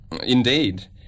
Indeed